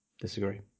disagree